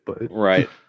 Right